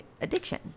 addiction